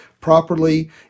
properly